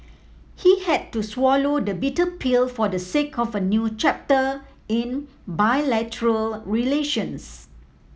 he had to swallow the bitter pill for the sake of a new chapter in bilateral relations